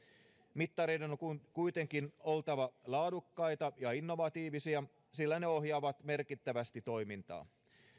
mittareiden on kuitenkin oltava laadukkaita ja innovatiivisia sillä ne ohjaavat merkittävästi toimintaa